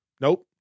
Nope